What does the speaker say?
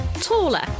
taller